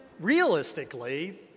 Realistically